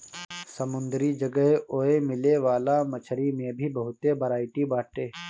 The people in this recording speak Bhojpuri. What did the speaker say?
समुंदरी जगह ओए मिले वाला मछरी में भी बहुते बरायटी बाटे